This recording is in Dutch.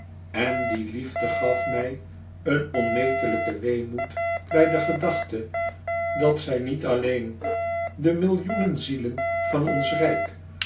en die liefde gaf mij zoo een onmetelijken weemoed bij de gedachte dat zij niet allen de millioenen zielen van ons rijk